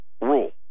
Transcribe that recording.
rule